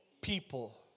people